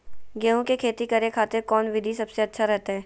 गेहूं के खेती करे खातिर कौन विधि सबसे अच्छा रहतय?